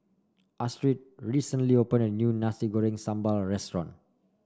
Astrid recently opened a new Nasi Goreng Sambal Restaurant